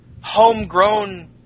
homegrown